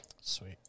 Sweet